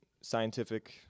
scientific